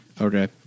Okay